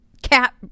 Cat